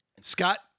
Scott